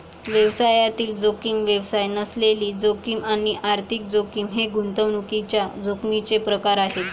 व्यवसायातील जोखीम, व्यवसाय नसलेली जोखीम आणि आर्थिक जोखीम हे गुंतवणुकीच्या जोखमीचे प्रकार आहेत